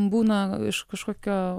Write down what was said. būna iš kažkokio